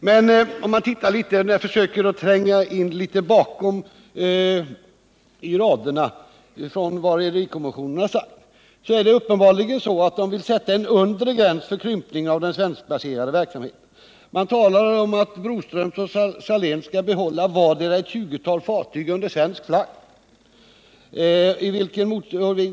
Men om man försöker tränga in bakom raderna i rederikommissionens uttalande finner man att den uppenbarligen vill sätta en undre gräns för krympningen av den svenskbaserade verksamheten. Man talar om att Broströms och Saléns skall behålla vartdera ett tjugotal fartyg under svensk flagg.